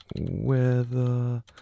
Weather